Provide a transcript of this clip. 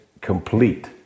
complete